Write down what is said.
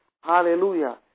hallelujah